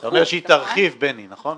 אתה רוצה שהיא תרחיב בני, נכון?